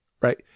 right